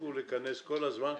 תפסיקו לכנס אנשים.